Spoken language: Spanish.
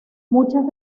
muchas